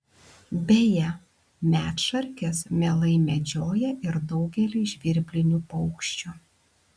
beje medšarkės mielai medžioja ir daugelį žvirblinių paukščių